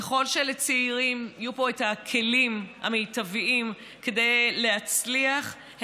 ככל שלצעירים יהיו פה הכלים המיטביים כדי להצליח,